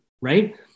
right